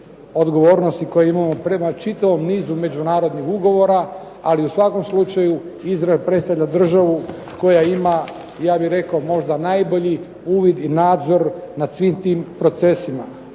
odgovornosti koje imamo prema čitavom nizu međunarodnih ugovora, ali u svakom slučaju Izrael predstavlja državu koja ima ja bih rekao možda najbolji uvid i nadzor nad svim tim procesima.